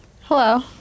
Hello